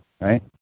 right